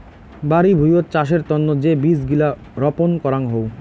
বাড়ি ভুঁইয়ত চাষের তন্ন যে বীজ গিলা রপন করাং হউ